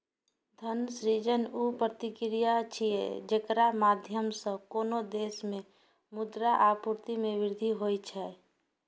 धन सृजन ऊ प्रक्रिया छियै, जेकरा माध्यम सं कोनो देश मे मुद्रा आपूर्ति मे वृद्धि होइ छै